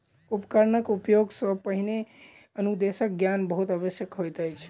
उपकरणक उपयोग सॅ पहिने अनुदेशक ज्ञान बहुत आवश्यक होइत अछि